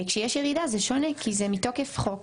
כשיש ירידה זה שונה, כי זה מתוקף חוק.